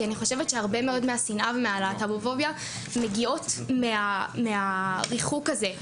כי אני חושבת שהרבה מאוד מהשנאה ומהלהט"בופוביה מגיעים מהריחוק הזה,